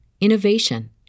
innovation